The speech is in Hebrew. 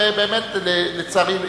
ולצערי,